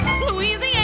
Louisiana